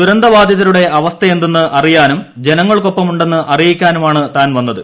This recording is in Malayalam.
ദുരന്തബാധിതരുടെ അവസ്ഥയെന്തെന്ന് അറിയാനും ജനങ്ങൾക്കൊപ്പം ഉണ്ടെന്ന് അറിയിക്കാനുമാണ് താൻ വന്നത്